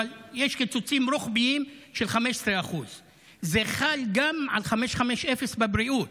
אבל יש קיצוצים רוחביים של 15%. זה חל גם על 550 בבריאות,